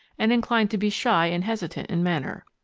and inclined to be shy and hesitant in manner.